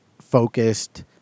focused